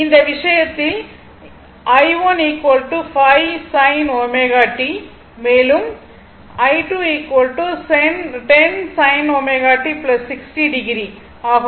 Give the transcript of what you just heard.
இந்த விஷயத்தில் i1 5 sin ω t எனவும் மேலும் i2 10 sin ω t 60 o ஆகும்